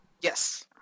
Yes